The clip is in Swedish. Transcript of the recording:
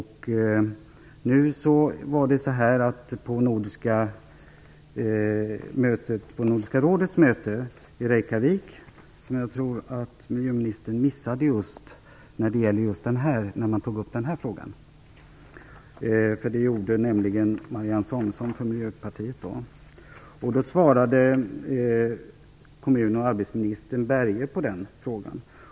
Samuelsson från Miljöpartiet upp denna fråga. Jag tror att miljöministern missade just det. Kommun och arbetsminister Berge svarade på den frågan.